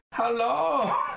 Hello